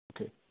Okay